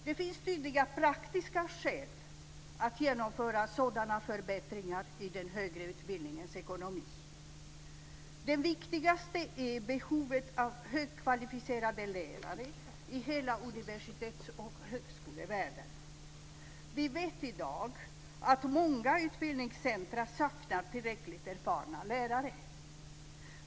Det finns tydliga praktiska skäl att genomföra sådana förbättringar i den högre utbildningens ekonomi. Det viktigaste är behovet av högkvalificerade lärare i hela universitets och högskolevärlden. Vi vet i dag att många utbildningscentrer saknar tillräckligt erfarna lärare.